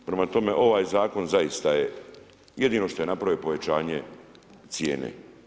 Prema tome ovaj zakon zaista je, jedino što je napravio, povećanje cijene.